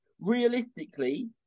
realistically